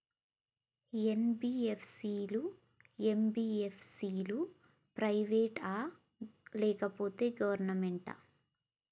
NBFC లు, MBFC లు private ఆ లేకపోతే గవర్నమెంటా?